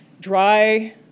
dry